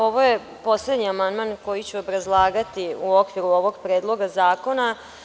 Ovo je poslednji amandman koji ću obrazlagati u okviru ovog predloga zakona.